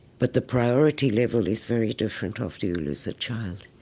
but the priority level is very different after you lose a child.